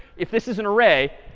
if this is an array,